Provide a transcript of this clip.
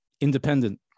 independent